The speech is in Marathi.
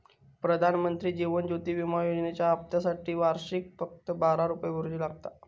प्रधानमंत्री जीवन ज्योति विमा योजनेच्या हप्त्यासाटी वर्षाक फक्त बारा रुपये भरुचे लागतत